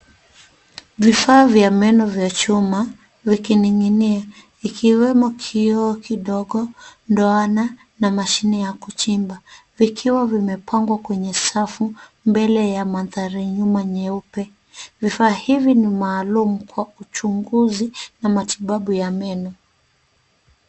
Vifaa vya meno vya chuma vikining'inia ikiwemo kioo kidogo, ndoana na mashine ya kuchimba vikiwa vimepangwa kwenye safu mbele ya mandhari nyuma nyeupe. Vifaa hivi ni maalum kwa uchunguzi na matibabu ya meno.